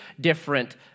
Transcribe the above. different